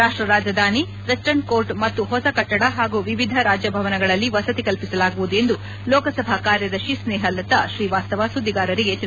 ರಾಷ್ಟ ರಾಜಧಾನಿಯ western court ಮತ್ತು ಹೊಸ ಕಟ್ಟಡ ಹಾಗೂ ವಿವಿಧ ರಾಜ್ಯ ಭವನಗಳಲ್ಲಿ ವಸತಿ ಕಲ್ಪಿಸಲಾಗುವುದು ಎಂದು ಲೋಕಸಭಾ ಕಾರ್ಯದರ್ಶಿ ಸ್ನೇಹಲತಾ ಶ್ರೀವಾಸ್ತವಾ ಸುದ್ದಿಗಾರರಿಗೆ ತಿಳಿಸಿದಾರೆ